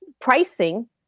pricing